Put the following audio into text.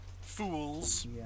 Fools